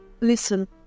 listen